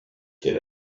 quel